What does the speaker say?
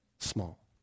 small